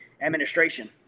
administration